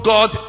God